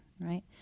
right